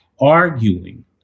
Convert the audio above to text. arguing